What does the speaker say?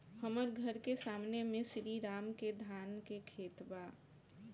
हमर घर के सामने में श्री राम के धान के खेत बा